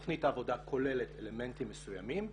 תכנית העבודה כוללת אלמנטים מסוימים,